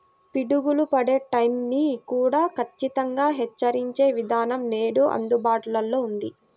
పిడుగులు పడే టైం ని కూడా ఖచ్చితంగా హెచ్చరించే విధానం నేడు అందుబాటులో ఉంది